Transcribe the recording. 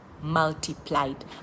multiplied